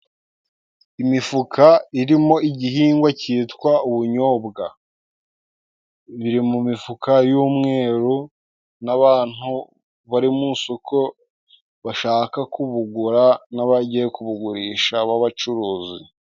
Imifuka irimo igihingwa cyitwa ubunyobwa, biri mu mifuka y'umweru n'abantu bari mu isoko bashaka kubugura n'abagiye kubugurisha b'abacuruzi.